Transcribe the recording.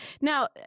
Now